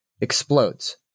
explodes